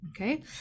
Okay